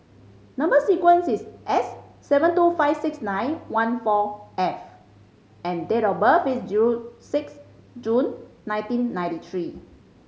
number sequence is S seven two five six nine one four F and date of birth is June six June nineteen ninety three